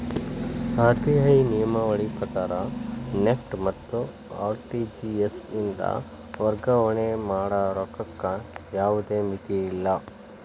RBI ನಿಯಮಾವಳಿ ಪ್ರಕಾರ NEFT ಮತ್ತ ಆರ್.ಟಿ.ಜಿ.ಎಸ್ ಇಂದ ವರ್ಗಾವಣೆ ಮಾಡ ರೊಕ್ಕಕ್ಕ ಯಾವ್ದ್ ಮಿತಿಯಿಲ್ಲ